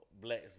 blacks